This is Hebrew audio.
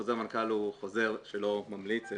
חוזר מנכ"ל הוא חוזר שלא ממליץ,